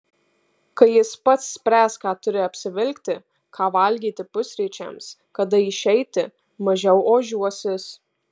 kai jis pats spręs ką turi apsivilkti ką valgyti pusryčiams kada išeiti mažiau ožiuosis